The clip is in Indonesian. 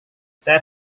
saya